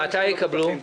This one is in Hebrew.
מתי יקבלו?